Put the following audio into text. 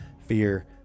fear